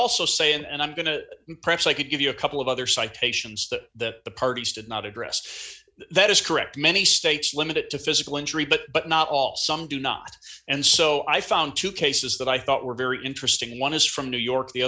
also say and i'm going to press i could give you a couple of other citations that the parties did not address that is correct many states limit it to physical injury but but not all some do not and so i found two cases that i thought were very interesting one is from new york the